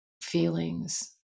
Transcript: feelings